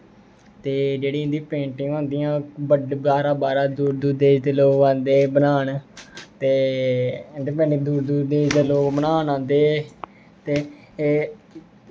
ते जेह्ड़ी इं'दी पेंटिंग होंदियां बाह्रा बाह्रा दूर दूर देश दे लोग आंदे बनान ते इद्धर मतलब दूर दूर देश दे लोग बनान आंदे ते एह्